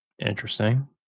Interesting